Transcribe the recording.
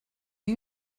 you